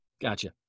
Gotcha